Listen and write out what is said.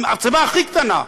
המצבה הכי קטנה.